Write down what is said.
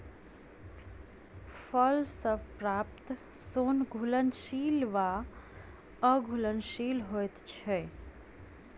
फल सॅ प्राप्त सोन घुलनशील वा अघुलनशील होइत अछि